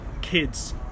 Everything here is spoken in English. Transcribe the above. kids